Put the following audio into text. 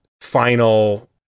final